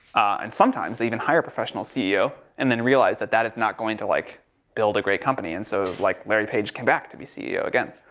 and sometimes they even hire a professional ceo and then realize that that is not going to like build a great company. and so, like larry page came back to ceo again.